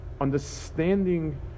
understanding